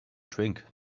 drink